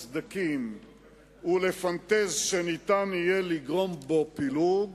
סדקים ולפנטז שיהיה אפשר לגרום בו פילוג,